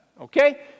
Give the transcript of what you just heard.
okay